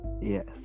Yes